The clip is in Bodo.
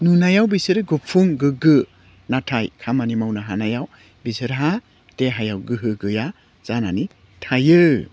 नुनायाव बिसोरो गुफुं गोग्गो नाथाय खामानि मावनो हानायाव बिसोरहा देहाया गोहो गैया जानानै थायो